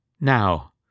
Now